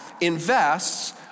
invests